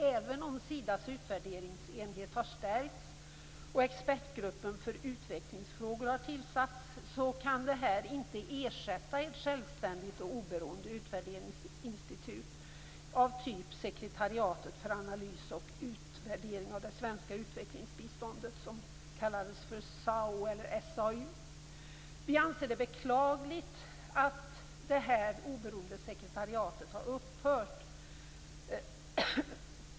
Även om Sidas utvärderingsenhet har stärkts och expertgruppen för utvecklingsfrågor har tillsatts kan det inte ersätta ett självständigt och oberoende utvärderingsinstitut av typen sekretariatet för analys och utvärdering av det svenska utvecklingsbiståndet, som kallades för SAU. Vi anser det beklagligt att det här oberoende sekretariatet har upphört.